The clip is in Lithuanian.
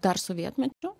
dar sovietmečiu